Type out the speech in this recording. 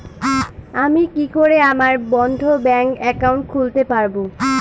আমি কি করে আমার বন্ধ ব্যাংক একাউন্ট খুলতে পারবো?